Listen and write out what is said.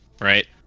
right